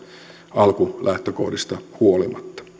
alkulähtökohdista huolimatta